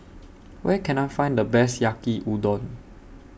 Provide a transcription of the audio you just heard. Where Can I Find The Best Yaki Udon